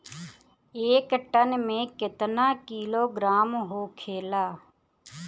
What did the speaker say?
एक टन मे केतना किलोग्राम होखेला?